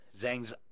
Zhang's